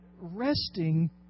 resting